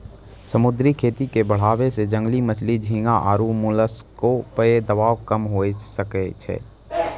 समुद्री खेती के बढ़ाबै से जंगली मछली, झींगा आरु मोलस्क पे दबाब कम हुये सकै छै